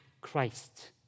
Christ